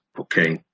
Okay